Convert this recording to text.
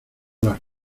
las